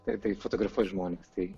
tai tai fotografuot žmones tai